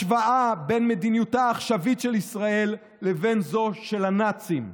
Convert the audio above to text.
השוואה בין מדיניותה העכשוויות של ישראל לבין זו של הנאצים,